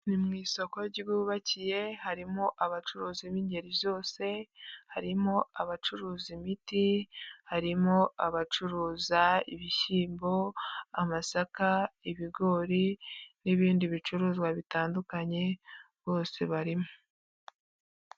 Ni mu isoko ryubakiye, harimo abacuruzi b'ingeri zose, harimo abacuruza imiti, harimo abacuruza ibishyimbo, amasaka, ibigori n'ibindi bicuruzwa bitandukanye bose barimo.